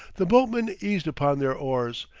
the boatmen eased upon their oars,